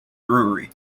brewery